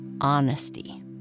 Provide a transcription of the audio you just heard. honesty